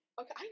Okay